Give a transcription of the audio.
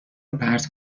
روپرت